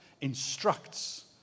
instructs